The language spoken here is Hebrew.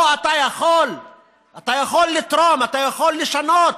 פה אתה יכול לתרום, אתה יכול לשנות,